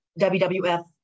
WWF